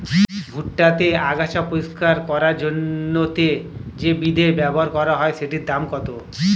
ভুট্টা তে আগাছা পরিষ্কার করার জন্য তে যে বিদে ব্যবহার করা হয় সেটির দাম কত?